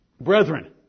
Brethren